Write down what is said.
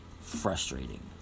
frustrating